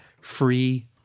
free